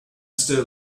still